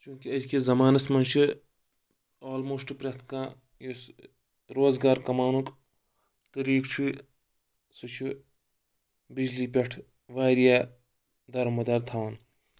چوٗنٛکہِ أزکِس زمانَس منٛز چھُ آلموسٹ پرٛؠتھ کانٛہہ یُس روزگار کَماونُک طٔریٖقہٕ چھُ سُہ چھُ بِجلی پؠٹھ واریاہ دَرمُدار تھاوان